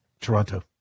Toronto